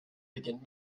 beginnt